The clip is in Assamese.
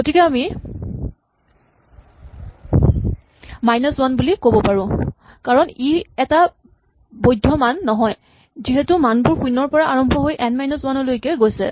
গতিকে আমি মাইনাচ ৱান বুলি ক'ব পাৰো কাৰণ ই এটা বৈধ্য মান নহয় যিহেতু মানবোৰ শূণ্যৰ পৰা আৰম্ভ হৈ এন মাইনাচ ৱান লৈকে গৈছে